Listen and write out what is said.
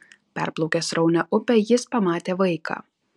perplaukęs sraunią upę jis pamatė vaiką